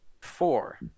Four